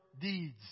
deeds